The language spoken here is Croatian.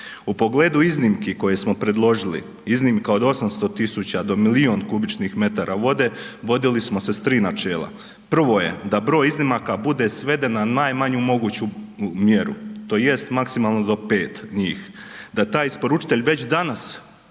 U pogledu iznimki koje smo predložili, iznimka od 800.000 do milion m3 vode vodili smo se s tri načela. Prvo je da broj iznimaka bude sveden na najmanju moguću mjeru tj. maksimalno do 5 njih, da taj isporučitelj već danas,